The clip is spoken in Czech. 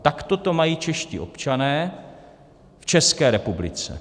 Takto to mají čeští občané v České republice.